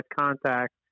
contact